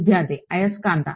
విద్యార్థి అయస్కాంత